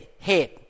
head